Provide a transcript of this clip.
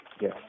Yes